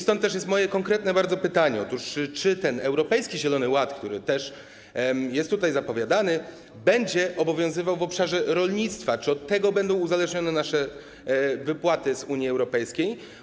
Stąd jest moje bardzo konkretne pytanie: Czy ten Europejski Zielony Ład, który też jest tutaj zapowiadany, będzie obowiązywał w obszarze rolnictwa i czy od tego będą uzależnione nasze wypłaty z Unii Europejskiej?